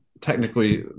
technically